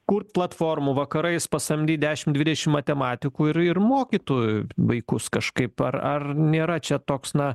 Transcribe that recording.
kurt platformų vakarais pasamdyt dešim dvidešim matematikų ir ir mokytų vaikus kažkaip ar ar nėra čia toks na